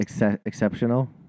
exceptional